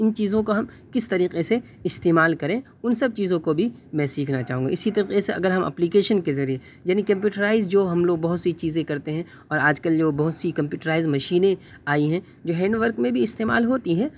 ان چیزوں کو ہم کس طریقے سے استعمال کریں ان سب چیزوں کو بھی میں سیکھنا چاہوں گا اسی طریقے سے اگر ہم اپلیکیشن کے ذریعے یعنی کہ کمپیوٹرائز جو ہم لوگ بہت سی چیزیں کرتے ہیں اور آج کل جو بہت سی کمپیوٹرائز مشینیں آئی ہیں جو ہینڈ ورک میں بھی استعمال ہوتی ہیں